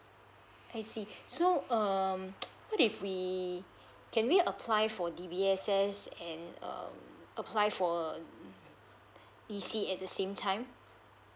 I see so um what if we can we apply for D_B_S_S and um apply for um E_C at the same time